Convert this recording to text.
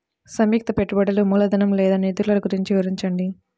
సంయుక్త పెట్టుబడులు మూలధనం లేదా నిధులు గురించి వివరించండి?